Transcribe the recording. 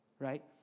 right